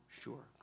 sure